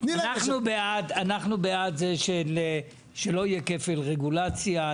אנחנו בעד זה שלא יהיה כפל רגולציה.